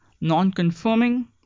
non-confirming